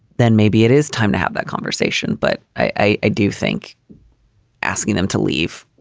then maybe it is time to have that conversation. but i do think asking them to leave,